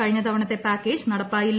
കഴിഞ്ഞ തവണത്തെ പാക്കേജ് നടപ്പായില്ല